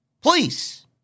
Please